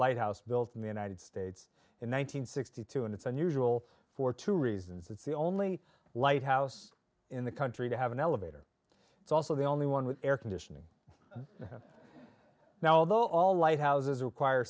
lighthouse built in the united states in one thousand nine hundred sixty two and it's unusual for two reasons it's the only lighthouse in the country to have an elevator it's also the only one with air conditioning now although all lighthouses require